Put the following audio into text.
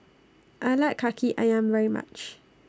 I like Kaki Ayam very much